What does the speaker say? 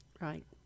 right